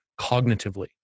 cognitively